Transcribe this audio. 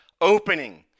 opening